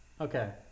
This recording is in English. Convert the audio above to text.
Okay